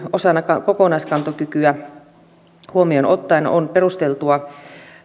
osana kokonaiskantokykyä yhteiskunnan kantokyky huomioon ottaen on perusteltua